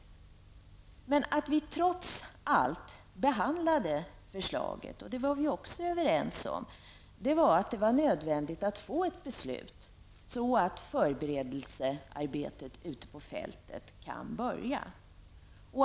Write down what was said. Att vi i utskottet trots allt behandlade förslaget berodde på -- det var vi också överens om -- att det var nödvändigt att få ett beslut så att förberedelsearbetet ute på fältet kunde börja.